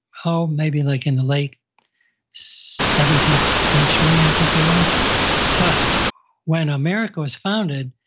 oh, maybe like in the late seventeenth century, i think it was but when america was founded,